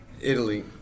Italy